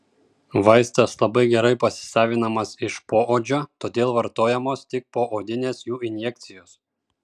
vaistas labai gerai pasisavinamas iš poodžio todėl vartojamos tik poodinės jų injekcijos